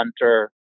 Hunter